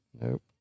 Nope